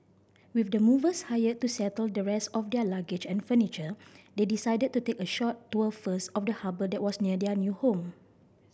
with the movers hired to settle the rest of their luggage and furniture they decided to take a short tour first of the harbour that was near their new home